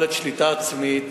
יכולת שליטה עצמית,